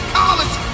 college